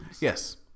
Yes